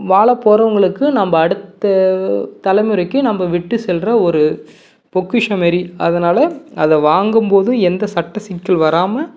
வாழ போகிறவங்களுக்கு நம்ம அடுத்த தலைமுறைக்கு நம்ம விட்டு செல்கிற ஒரு பொக்கிஷம்மாரி அதனால அதை வாங்கும்போதும் எந்த சட்டச் சிக்கல் வராமல்